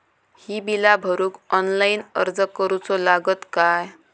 ही बीला भरूक ऑनलाइन अर्ज करूचो लागत काय?